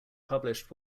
published